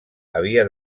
havia